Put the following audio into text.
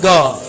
God